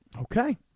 Okay